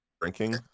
drinking